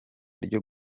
ryo